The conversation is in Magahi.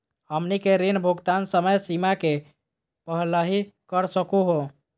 हमनी के ऋण भुगतान समय सीमा के पहलही कर सकू हो?